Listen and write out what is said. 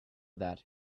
that